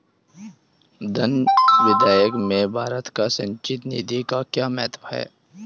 धन विधेयक में भारत की संचित निधि का क्या महत्व है?